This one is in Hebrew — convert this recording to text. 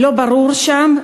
לא ברור שם,